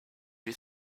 you